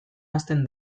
hasten